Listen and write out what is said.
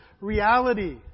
reality